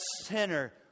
sinner